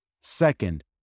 Second